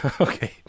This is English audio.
Okay